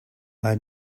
had